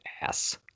ass